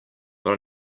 but